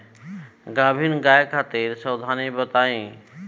गाभिन गाय खातिर सावधानी बताई?